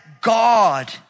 God